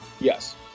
Yes